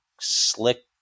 slick